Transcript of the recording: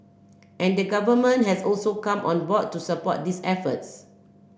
and the Government has also come on board to support these efforts